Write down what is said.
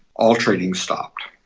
all trading stopped.